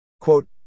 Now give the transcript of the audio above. Quote